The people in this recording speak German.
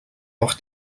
auch